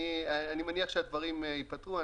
אני מניח שהדברים ייפתרו.